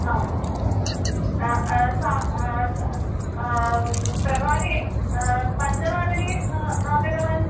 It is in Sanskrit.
हा सा स् प्रभाते पञ्चवादने आगतवान्